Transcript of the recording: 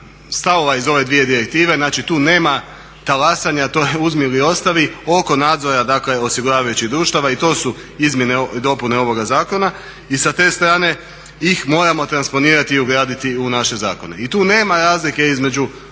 stavova iz ove dvije direktive. Znači tu nema talasanja, to je uzmi ili ostavi, oko nadzora dakle osiguravajućih društava i to su izmjene i dopune ovoga zakona. I sa te strane ih moramo transponirati i ugraditi u naše zakone i tu nema razlike između,